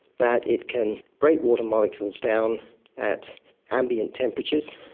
that it can break water molecules down at ambient temperatures,